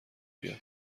بیاد